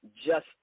justice